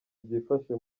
byifashe